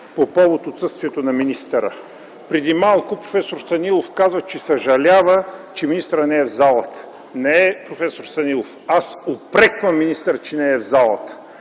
по повод отсъствието на министъра. Преди малко проф. Станилов каза, че съжалява, че министърът не е в залата. Не, проф. Станилов, аз упреквам министъра, че не е в залата.